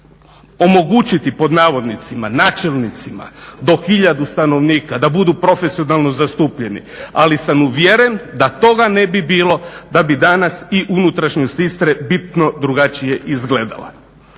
omogućiti pod navodnicima načelnicima do hiljadu stanovnika da budu profesionalno zastupljeni ali sam uvjeren da toga ne bi bilo da bi danas i unutrašnjoj Istre bitno drugačije izgledala.